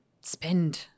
spend